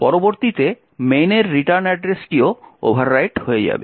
পরবর্তীতে main এর return অ্যাড্রেসটিও ওভাররাইট হয়ে যাবে